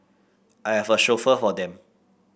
I have a chauffeur for them